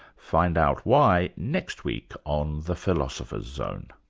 find out why next week on the philosopher's zone